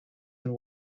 and